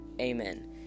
Amen